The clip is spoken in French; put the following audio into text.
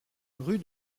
rue